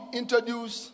introduce